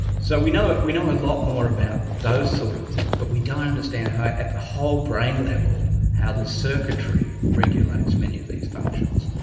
so we know we know a lot more about those sort of things but we don't understand how at the whole brain level how the circuitry regulates many of these functions.